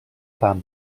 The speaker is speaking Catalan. pam